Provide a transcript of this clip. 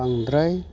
बांद्राय